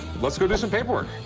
let's go do some paperwork.